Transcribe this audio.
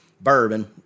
bourbon